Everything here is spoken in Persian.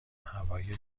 هوای